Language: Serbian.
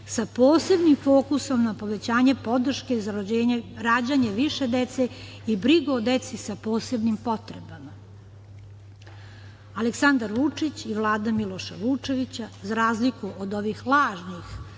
sa posebnim fokusom na povećanje podrške za rađanje više dece i brigu o deci sa posebnim potrebama. Aleksandar Vučić i Vlada Miloša Vučevića, za razliku od ovih lažnih